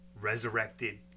resurrected